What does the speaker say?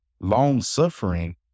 long-suffering